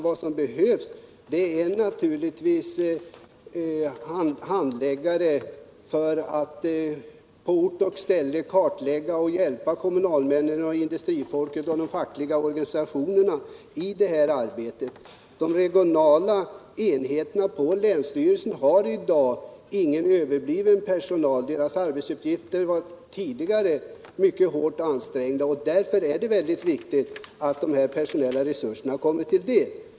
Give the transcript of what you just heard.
Vad som behövs är naturligtvis handläggare för att på ort och ställe kartlägga och hjälpa kommunalmännen, industrifolket och de fackliga organisationerna i arbetet. De regionala enheterna på länsstyrelsen har i dag ingen överbliven personal. De är redan tidigare mycket hårt ansträngda av sina arbetsuppgifter. Därför är det mycket viktigt att de här personella resurserna kommer länsstyrelsen till del.